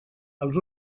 els